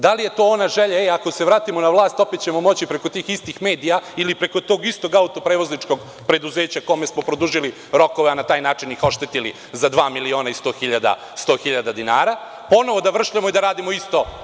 Da li je to ona želja da kada se vratimo na vlast da ćemo opet moći preko tih istih medija ili preko tog istog auto-prevozničkog preduzeća, kome smo produžili rokove, a na taj način ih oštetili za dva miliona i 100 hiljada dinara, ponovo da vršljamo i da radimo isto?